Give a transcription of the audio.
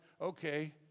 okay